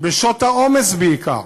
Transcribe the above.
בשעות העומס בעיקר,